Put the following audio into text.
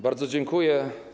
Bardzo dziękuję.